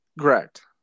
Correct